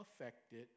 affected